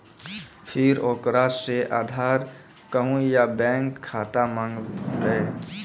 फिर ओकरा से आधार कद्दू या बैंक खाता माँगबै?